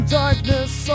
darkness